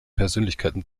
persönlichkeiten